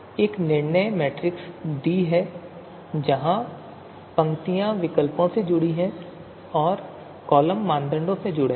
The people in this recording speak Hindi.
एक निर्णय मैट्रिक्स डी है जहां पंक्तियाँ विकल्पों से जुड़ी होती हैं और कॉलम मानदंड से जुड़े होते हैं